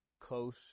close